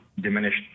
diminished